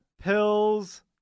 pills